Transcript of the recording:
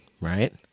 right